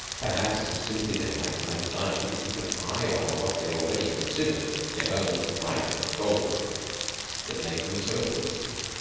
perhaps it was simply their natural anxiety to keep an eye on what they already considered their own private gold-mine that made them so adhesive.